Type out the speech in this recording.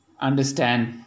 understand